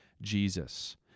Jesus